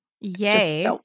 Yay